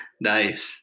nice